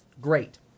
great